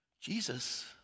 Jesus